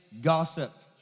gossip